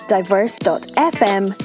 diverse.fm